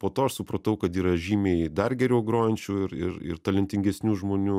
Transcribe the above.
po to aš supratau kad yra žymiai dar geriau grojančių ir ir ir talentingesnių žmonių